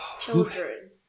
Children